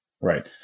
Right